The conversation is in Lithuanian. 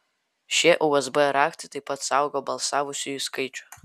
šie usb raktai taip pat saugo balsavusiųjų skaičių